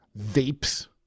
vapes